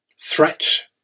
Threat